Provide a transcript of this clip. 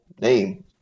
name